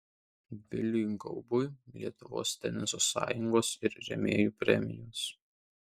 viliui gaubui lietuvos teniso sąjungos ir rėmėjų premijos